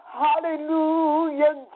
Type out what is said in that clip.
hallelujah